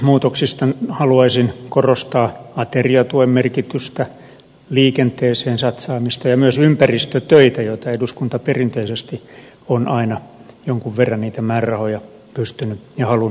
budjettimuutoksista haluaisin korostaa ateriatuen merkitystä liikenteeseen satsaamista ja myös ympäristötöitä joihin eduskunta perinteisesti on aina jonkun verran niitä määrärahoja pystynyt ja halunnut lisätä